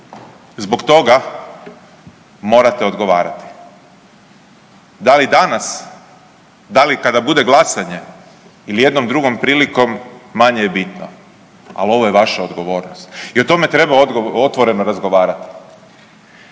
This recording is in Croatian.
zbog toga morate odgovarati, da li danas, da li kada bude glasanje ili jednom drugom prilikom manje je bitno, al ovo je vaša odgovornost i o tome treba otvoreno razgovarati.